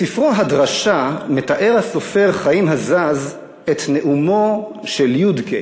בסיפורו "הדרשה" מתאר הסופר חיים הזז את נאומו של יודק'ה,